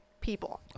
people